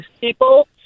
people